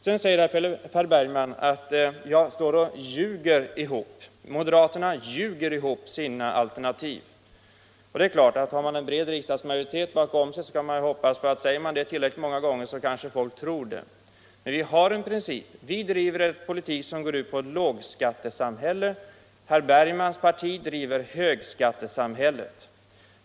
Sedan säger herr Bergman att moderaterna står och ljuger ihop sina alternativ. Det är klart att med en bred riksdagsmajoritet bakom sig kan man hoppas på att om man säger sådana saker tillräckligt många gånger så kanske folk börjar tro det. Men vi har en princip. Vi driver en politik som går ut på ett lågskattesamhälle. Herr Bergmans parti driver en politik om ett högskattesamhälle.